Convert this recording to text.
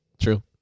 True